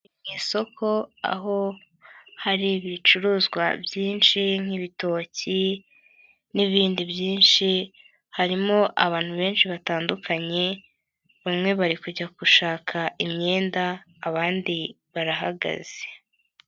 Mu isoko aho hari ibicuruzwa byinshi nk'ibitoki n'ibindi byinshi, harimo abantu benshi batandukanye, bamwe bari kujya gushaka imyenda, abandi barahagaze.